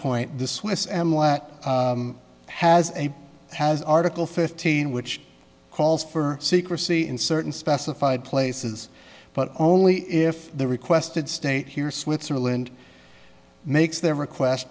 point the swiss amla has a has article fifteen which calls for secrecy in certain specified places but only if the requested state here switzerland makes their request